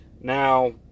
Now